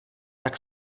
tak